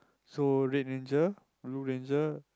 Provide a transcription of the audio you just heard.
so red ranger blue ranger